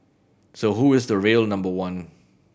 so who is the real number one